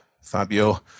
Fabio